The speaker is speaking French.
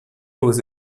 aux